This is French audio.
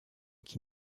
qui